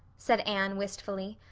said anne wistfully.